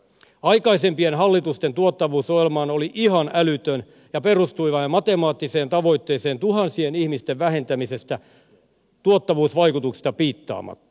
aikaisempien hallitusten tuottavuusohjelmahan oli ihan älytön ja perustui vain matemaattiseen tavoitteeseen tuhansien ihmisten vähentämisestä tuottavuusvaikutuksista piittaamatta